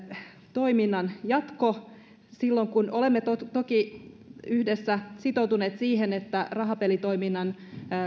toiminnan jatko olemme toki toki yhdessä sitoutuneet siihen että rahapelitoiminnan